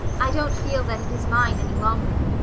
i don't feel that it is mine any longer.